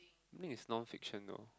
I think it's non fiction though